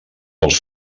els